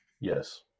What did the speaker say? yes